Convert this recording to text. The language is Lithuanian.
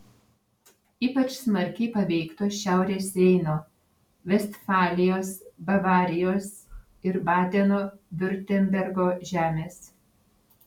ypač smarkiai paveiktos šiaurės reino vestfalijos bavarijos ir badeno viurtembergo žemės